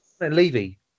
Levy